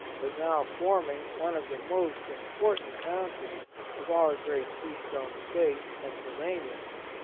but now forming one of the most important counties of our great keystone state, penn sylvania,